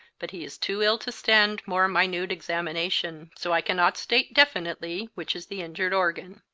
but he is too ill to stand more minute examination, so i cannot state definitely which is the injured organ.